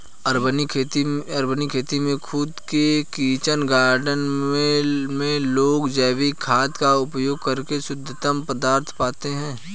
urban खेती में खुद के किचन गार्डन में लोग जैविक खाद का उपयोग करके शुद्धतम उत्पाद पाते हैं